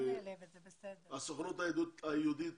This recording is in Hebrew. הסוכנות היהודית